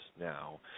now